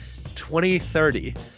2030